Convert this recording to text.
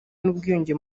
n’ubwiyunge